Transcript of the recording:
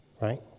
right